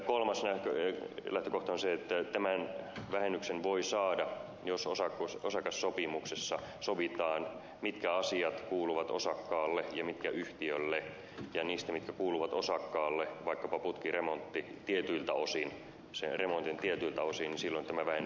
kolmas lähtökohta on se että tämän vähennyksen voi saada jos osakassopimuksessa sovitaan mitkä asiat kuuluvat osakkaalle ja mitkä yhtiölle ja niistä asioista mitkä kuuluvat osakkaalle vaikkapa putkiremontin tietyiltä osin silloin tämän vähennyksen voi saada